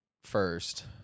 first